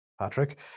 Patrick